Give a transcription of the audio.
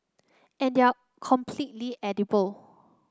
and they are completely edible